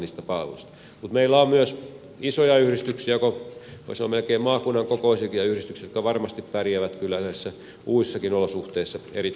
mutta meillä on myös isoja yhdistyksiä voi sanoa melkein maakunnan kokoisiakin ja yhdistyksiä jotka varmasti pärjäävät kyllä näissä uusissakin olosuhteissa erittäin hyvin